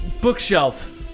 bookshelf